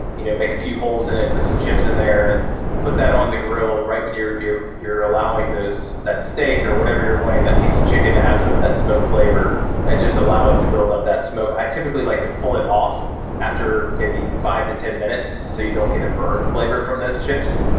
you know make a few holes in it, put some chips in there and put that on the grill right when you're you're allowing that steak or whatever you're wanting that piece of chicken to have some of that smoke flavor and just allow it to build up that smoke. i typically like to pull it off after maybe five to ten minutes, so you don't get a burn flavor from those chips,